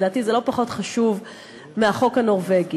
לדעתי זה לא פחות חשוב מהחוק הנורבגי,